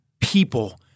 people